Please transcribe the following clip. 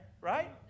right